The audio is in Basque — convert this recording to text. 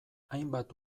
hainbat